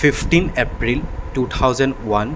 fifteen April two thousand one